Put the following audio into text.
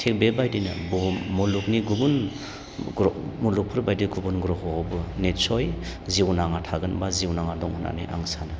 थिग बेबायदिनो बुहुम मुलुगनि गुबुन मुलुगफोरबायदि गुबुन ग्रह'आवबो नितस्य जिउनाङा थागोन बा जिउनाङा दं होननानै आं सानो